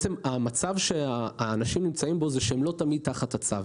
המצב שהאנשים נמצאים בו זה שהם לא תמיד תחת הצו.